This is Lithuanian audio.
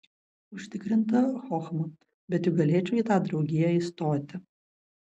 užtikrinta chochma bet juk galėčiau į tą draugiją įstoti